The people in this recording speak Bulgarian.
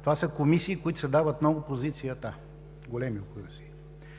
това са комисии, които се дават на опозицията, големи опозиции.